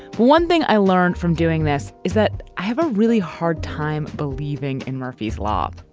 one thing i learned from doing this is that i have a really hard time believing in murphy's law.